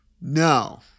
no